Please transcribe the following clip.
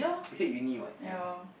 you say uni what ya